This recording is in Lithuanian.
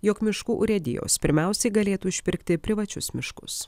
jog miškų urėdijos pirmiausiai galėtų išpirkti privačius miškus